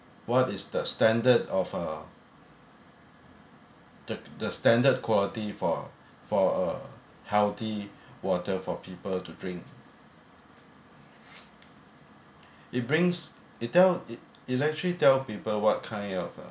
what is the standard of uh the the standard quality for for a healthy water for people to drink it brings it tell it actually tell people what kind of uh